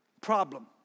problem